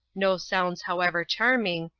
no sounds however charming,